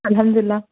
الحمد للہ